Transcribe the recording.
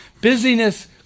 Busyness